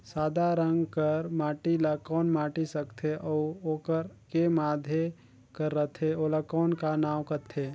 सादा रंग कर माटी ला कौन माटी सकथे अउ ओकर के माधे कर रथे ओला कौन का नाव काथे?